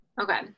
Okay